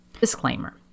Disclaimer